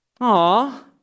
Aw